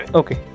okay